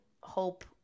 hope